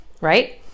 right